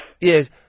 Yes